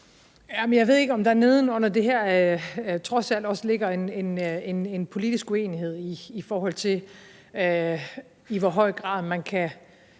Jeg ved ikke, om der nedenunder det her trods alt også ligger en politisk uenighed, i forhold til i hvor høj grad man kan